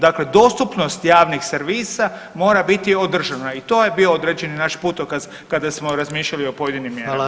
Dakle, dostupnost javnih servisa mora biti održana i to je bio određeni naš putokaz kada smo razmišljali o pojedinim mjerama.